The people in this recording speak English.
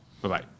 Bye-bye